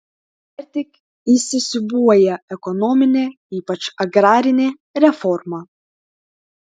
dar tik įsisiūbuoja ekonominė ypač agrarinė reforma